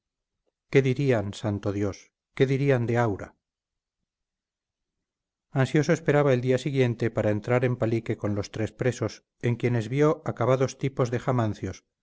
qué dirían santo dios qué dirían de aura ansioso esperaba el día siguiente para entrar en palique con los tres presos en quienes vio acabados tipos de jamancios o